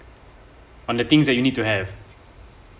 on the things that you need to have